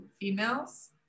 females